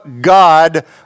God